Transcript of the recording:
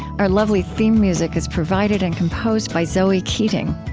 our lovely theme music is provided and composed by zoe keating.